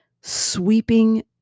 sweeping